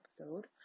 episode